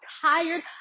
tired